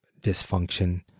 dysfunction